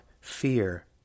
Fear